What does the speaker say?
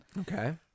Okay